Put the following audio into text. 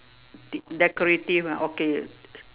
de~ decorative ah okay